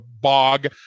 bog